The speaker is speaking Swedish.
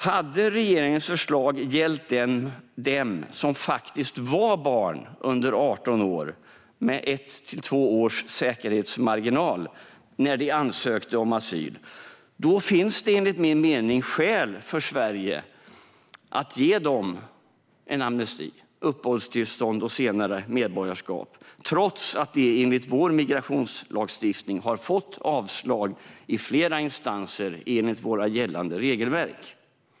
Om regeringens förslag hade gällt dem som faktiskt var barn under 18 år, med ett till två års säkerhetsmarginal, när de ansökte om asyl finns det enligt min mening skäl för Sverige att ge dem en amnesti, uppehållstillstånd och senare medborgarskap trots att de enligt Sveriges migrationslagstiftning har fått avslag i flera instanser enligt våra gällande regelverk.